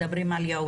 מדברים על ייעוץ.